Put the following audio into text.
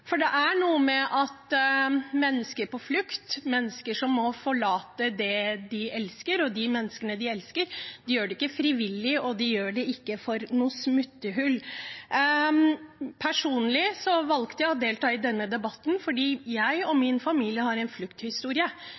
hører. Det er noe med at mennesker på flukt, mennesker som må forlate det de elsker og de menneskene de elsker, de gjør det ikke frivillig, og de gjør det ikke på grunn av noen smutthull. Personlig valgte jeg å delta i denne debatten fordi jeg og min familie har en flukthistorie.